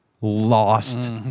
lost